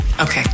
Okay